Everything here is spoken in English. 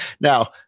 Now